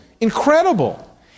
Incredible